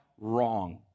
wrong